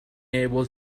able